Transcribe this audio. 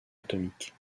atomique